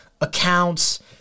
accounts